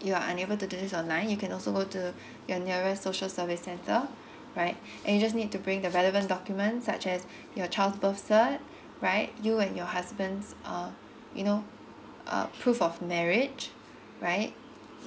you are unable to do this online you can also go to your nearest social service center right and you just need to bring the relevant documents such as your child's birth cert right you and your husband's uh you know uh prove of marriage right